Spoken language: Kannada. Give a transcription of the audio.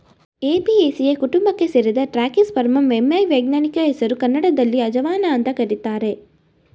ಏಪಿಯೇಸಿಯೆ ಕುಟುಂಬಕ್ಕೆ ಸೇರಿದ ಟ್ರ್ಯಾಕಿಸ್ಪರ್ಮಮ್ ಎಮೈ ವೈಜ್ಞಾನಿಕ ಹೆಸರು ಕನ್ನಡದಲ್ಲಿ ಅಜವಾನ ಅಂತ ಕರೀತಾರೆ